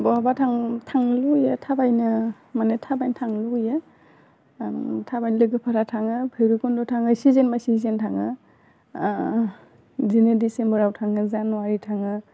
बहाबा थां थांनो लुबैबा थाबायनो मानि थाबायनो थांनो लुबैयो ओम थाबायनो लोगोफोरा थाङो भैरबखुन्ड थाङो सिजोन नाय सिजोन थाङो ओह इदिनो डिसेम्बराव थाङो जानुवारि थाङो